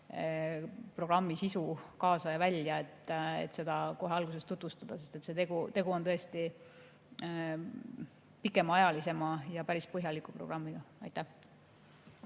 programmi sisu kaasa ja välja, et seda kohe alguses tutvustada, sest tegu on tõesti pikemaajalisema ja päris põhjaliku programmiga. Kalle